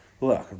look